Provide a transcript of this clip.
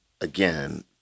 again